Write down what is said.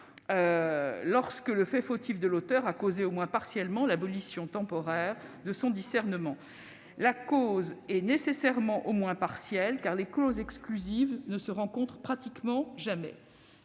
lorsque le fait fautif de l'auteur a causé, au moins partiellement, l'abolition temporaire de son discernement. La cause est nécessairement au moins partielle, car les causes exclusives ne se rencontrent presque jamais.